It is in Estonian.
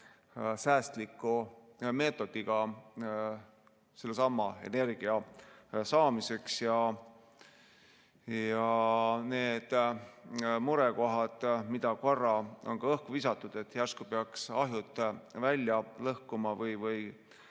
säästliku meetodiga energia saamiseks. Need murekohad, mida korra on ka õhku visatud, et järsku peaks ahjud välja lõhkuma või